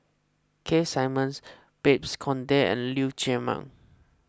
Keith Simmons Babes Conde and Lee Chiaw Meng